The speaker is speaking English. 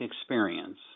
experience